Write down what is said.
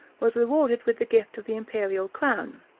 was rewarded with the gift of the imperial crown.